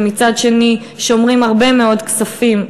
ומצד שני שומרים הרבה מאוד כספים,